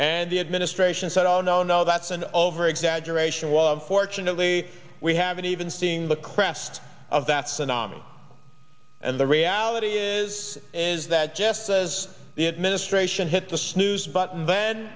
and the administration said oh no no that's an overexaggeration wall fortunately we haven't even seen the crest of that phenomenon and the reality is is that just says the administration hit the snooze button then